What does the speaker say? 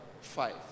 five